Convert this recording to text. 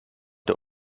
der